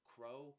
Crow